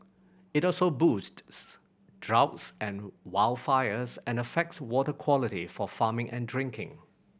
it also boosts droughts and wildfires and affects water quality for farming and drinking